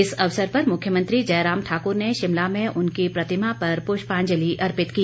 इस अवसर पर मुख्यमंत्री जयराम ठाकुर ने शिमला में उनकी प्रतिमा पर पुष्पांजलि अर्पित की